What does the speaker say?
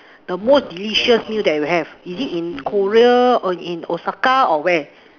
the most delicious meal that you have is it in Korea or in Osaka or where